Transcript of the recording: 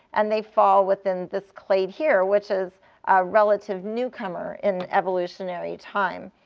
and they fall within this clade here, which is a relative newcomer in evolutionary time,